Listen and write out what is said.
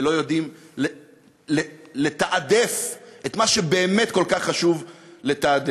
ולא יודעים לתעדף את מה שבאמת כל כך חשוב לתעדף.